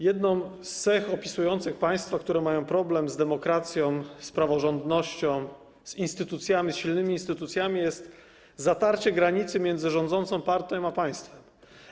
Jedną z cech opisujących państwa, które mają problem z demokracją, z praworządnością, instytucjami, silnymi instytucjami, jest zatarcie granicy między rządzącą partią a państwem.